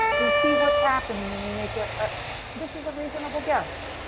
we see what's happening and we make. ah ah this is a reasonable guess.